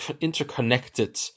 interconnected